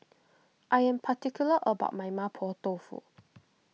I am particular about my Mapo Tofu